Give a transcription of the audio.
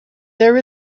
there